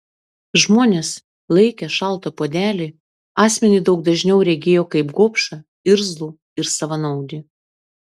žmonės laikę šaltą puodelį asmenį daug dažniau regėjo kaip gobšą irzlų ir savanaudį